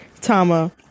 Tama